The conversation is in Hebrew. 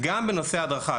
גם בנושאי ההדרכה.